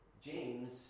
James